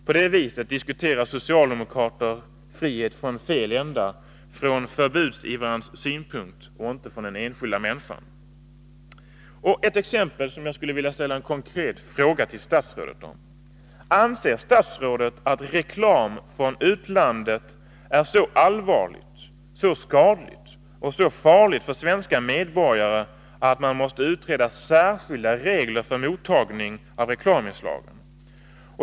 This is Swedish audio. På det viset diskuterar socialdemokrater frihet från fel ända, från förbudsivrarens synpunkt och inte från den enskilda människans. Jag skall ta ett exempel, som jag skulle vilja ställa en konkret fråga till statsrådet om. Anser statsrådet att reklam från utlandet är så allvarlig, så skadlig och så farlig för svenska medborgare att man måste utreda särskilda regler för mottagning av reklaminslag?